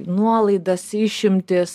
nuolaidas išimtis